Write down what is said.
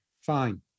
Fine